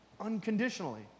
unconditionally